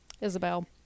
Isabel